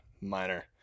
minor